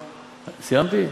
סיימתי?